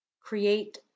create